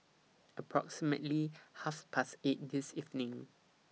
approximately Half Past eight This evening